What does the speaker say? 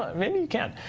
ah maybe you can.